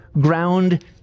ground